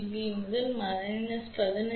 இது 15 டி